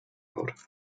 out